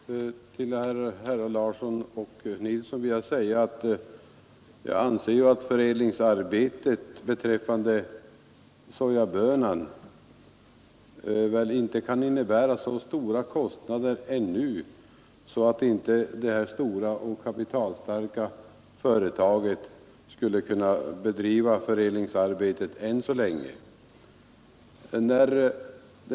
Herr talman! Till herrar Larsson i Borrby och Nilsson i Trobro vill jag säga, att förädlingsarbetet beträffande sojabönan väl inte ännu kan innebära så höga kostnader att inte det här stora och kapitalstarka företaget skulle kunna bedriva det än så länge.